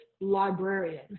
Librarian